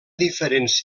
diferents